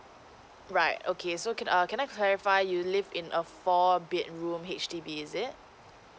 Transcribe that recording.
right okay so can err can I clarify you live in a four bedroom H_D_B is it